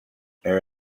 air